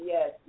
Yes